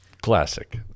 Classic